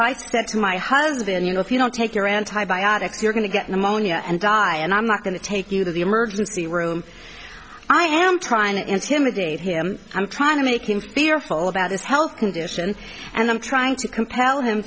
to my husband you know if you don't take your antibiotics you're going to get pneumonia and die and i'm not going to take you to the emergency room i am trying to intimidate him i'm trying to make him fearful about his health condition and i'm trying to compel him